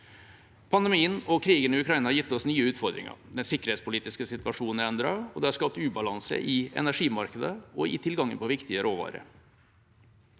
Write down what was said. Pandemien og krigen i Ukraina har gitt oss nye utfordringer. Den sikkerhetspolitiske situasjonen er endret, og det er skapt ubalanse i energimarkedet og i tilgangen på viktige råvarer.